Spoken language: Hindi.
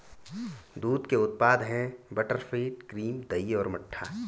दूध के उत्पाद हैं बटरफैट, क्रीम, दही और मट्ठा